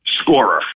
scorer